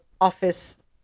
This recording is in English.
office